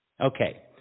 Okay